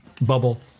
bubble